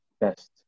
best